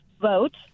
vote